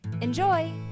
enjoy